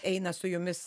eina su jumis